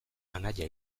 anaia